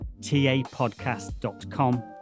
tapodcast.com